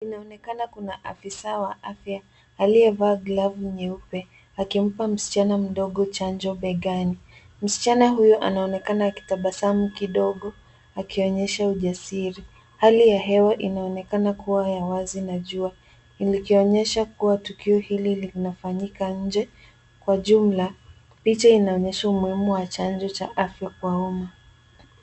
Inaonekana kuna ofisa wa afya aliyevaa glavu nyeupe akimpa msichana mdogo chanjo begani. Msichana huyo anaonekana akitabasamu kidogo akionyesha ujasiri. Hali ya hewa inaonekana kuwa ya wazi na jua, likionyesha kuwa tukio hili linafanyika nje. Kwa jumla picha inaonyesha umuhimu wa chanjo cha afya kwa umma